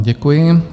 Děkuji.